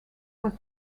was